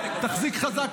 תחזיק חזק,